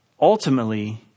ultimately